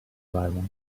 arrival